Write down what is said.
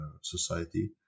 society